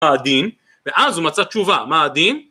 מה הדין, ואז הוא מצא תשובה. מה הדין?